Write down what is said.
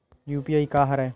UPI का हरय?